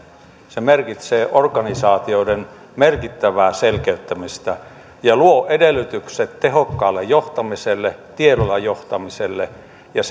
se merkitsee organisaatioiden merkittävää selkeyttämistä ja luo edellytykset tehokkaalle johtamiselle tiedolla johtamiselle ja